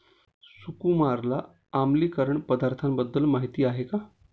सुकुमारला आम्लीकरण पदार्थांबद्दल माहिती आहे का?